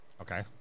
Okay